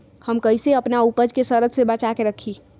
हम कईसे अपना उपज के सरद से बचा के रखी?